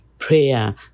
Prayer